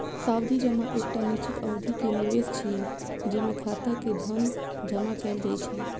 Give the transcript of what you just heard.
सावधि जमा एकटा निश्चित अवधि के निवेश छियै, जेमे खाता मे धन जमा कैल जाइ छै